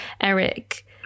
Eric